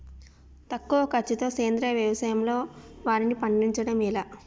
తక్కువ ఖర్చుతో సేంద్రీయ వ్యవసాయంలో వారిని పండించడం ఎలా?